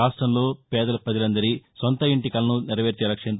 రాష్టంలో పేద ప్రజలందరి సొంతింటి కలను నెరవేర్చే లక్ష్యంతో